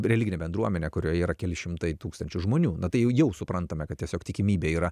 religinę bendruomenę kurioje yra keli šimtai tūkstančių žmonių na tai jau suprantama kad tiesiog tikimybė yra